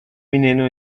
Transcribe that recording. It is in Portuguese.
menino